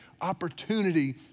opportunity